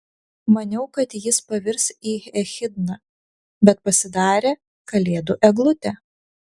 maniau kad jis pavirs į echidną bet pasidarė kalėdų eglutė